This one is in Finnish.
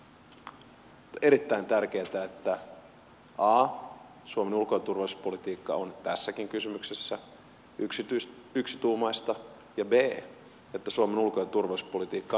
nyt on erittäin tärkeätä että a suomen ulko ja turvallisuuspolitiikka on tässäkin kysymyksessä yksituumaista ja b suomen ulko ja turvallisuuspolitiikka on periaatteellista